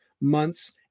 months